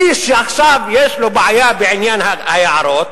מי שעכשיו יש לו בעיה בעניין היערות,